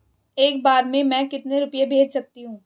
एक बार में मैं कितने रुपये भेज सकती हूँ?